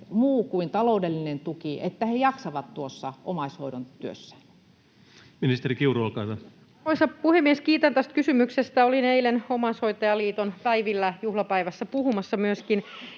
muu kuin taloudellinen tuki, että he jaksavat tuossa omaishoidon työssään? Ministeri Kiuru, olkaa hyvä. Arvoisa puhemies! Kiitän tästä kysymyksestä. Olin eilen Omaishoitajaliiton juhlapäivässä myöskin